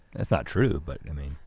that's not true but i mean